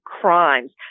crimes